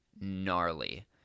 gnarly